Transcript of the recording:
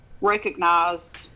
recognized